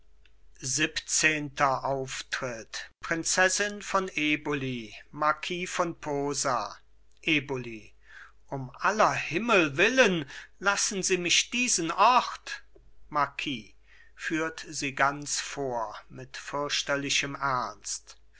siebzehnter auftritt prinzessin von eboli marquis von posa eboli um aller himmel willen lassen sie mich diesen ort marquis führt sie ganz vor mit fürchterlichem ernst